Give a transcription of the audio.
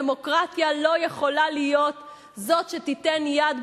דמוקרטיה לא יכולה להיות זו שתיתן יד,